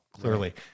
clearly